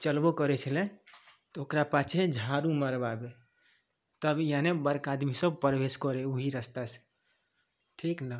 चलबो करै छलै तऽ ओकरा पाछे झाड़ू मरबाबै तब यानी बड़का आदमीसभ प्रवेश करै ओहि रस्ता से ठीक ने